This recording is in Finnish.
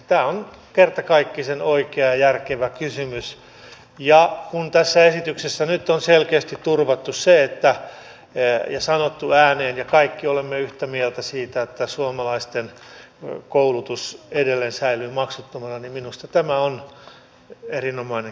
tämä on kertakaikkisen oikea ja järkevä kysymys ja kun tässä esityksessä nyt on selkeästi turvattu ja sanottu ääneen ja kaikki olemme yhtä mieltä siitä että suomalaisten koulutus edelleen säilyy maksuttomana niin minusta tämä on erinomainen kehityssuunta